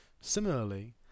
Similarly